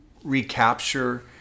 recapture